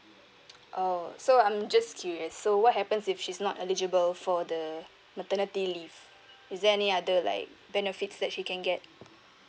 oh so I'm just curious so what happens if she's not eligible for the maternity leave is there any other like benefits that she can get